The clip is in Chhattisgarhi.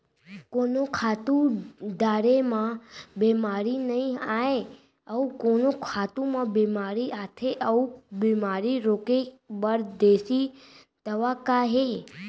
कोन खातू डारे म बेमारी नई आये, अऊ कोन खातू म बेमारी आथे अऊ बेमारी रोके बर देसी दवा का हे?